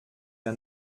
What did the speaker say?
der